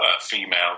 female